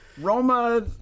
Roma